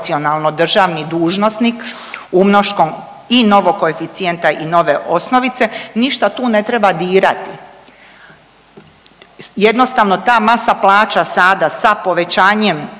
državni dužnosnik umnoškom i novog koeficijenta i nove osnovice ništa tu ne treba dirati. Jednostavno ta masa plaća sada sa povećanjem